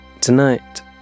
Tonight